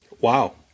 Wow